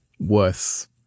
worth